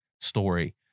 story